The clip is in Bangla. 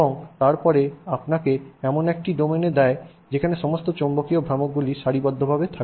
এবং তারপরে আপনাকে এমন একটি ডোমেন দেয় যেখানে সমস্ত চৌম্বকীয় ভ্রামকগুলি সারিবদ্ধ থাকে